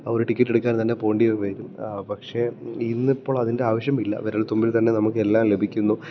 ആ ഒരു ടിക്കറ്റ് എടുക്കാൻ തന്നെ പൊവേണ്ടിവരും ആ പക്ഷെ ഇന്നിപ്പോൾ അതിൻ്റെ ആവശ്യമില്ല വിരൽത്തുമ്പിൽത്തന്നെ നമുക്കെല്ലാം ലഭിക്കുന്നു